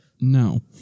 No